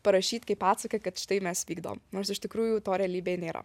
parašyt kaip atsaką kad štai mes vykdom nors iš tikrųjų to realybėj nėra